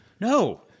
no